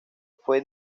fue